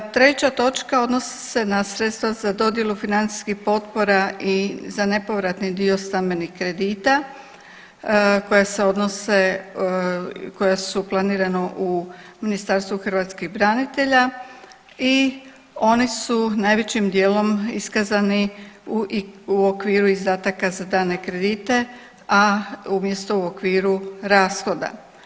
Treća točka odnosi se na sredstva za dodjelu financijskih potpora i za nepovratni dio stambenih kredita koja se odnose, koja su planirana u Ministarstvu hrvatskih branitelja i oni su najvećim dijelom iskazani u okviru izdataka za dane kredite, a umjesto u okviru rashoda.